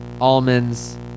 Almonds